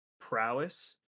prowess